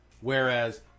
Whereas